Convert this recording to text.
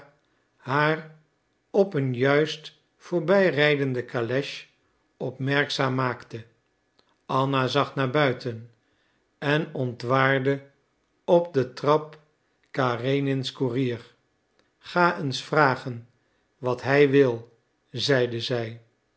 haar op een juist voorbij rijdende kales opmerkzaam maakte anna zag naar buiten en ontwaardde op de trap karenins koerier ga eens vragen wat hij wil zeide zij